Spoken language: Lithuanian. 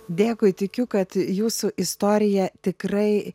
dėkui tikiu kad jūsų istorija tikrai